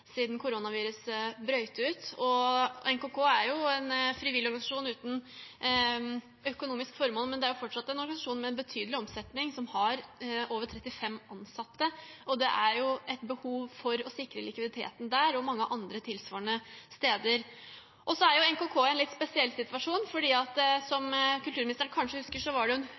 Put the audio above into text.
ut. NKK er en frivillig organisasjon uten økonomisk formål, men det er fortsatt en organisasjon med en betydelig omsetning, som har over 35 ansatte, og det er et behov for å sikre likviditeten der og mange andre, tilsvarende steder. NKK er i en litt spesiell situasjon fordi det så sent som i fjor var en hundeepidemi, som kulturministeren kanskje husker,